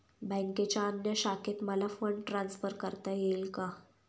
बँकेच्या अन्य शाखेत मला फंड ट्रान्सफर करता येईल का?